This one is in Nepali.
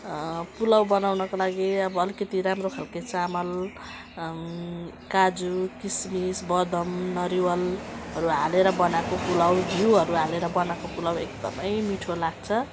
पुलाउ बनाउनको लागि अब अलिकति राम्रो खालके चामल काजु किसमिस बदाम नरिवलहरू हालेर बनाएको पुलाउ घिउहरू हालेर बनाएको पुलाउ एकदमै मिठो लाग्छ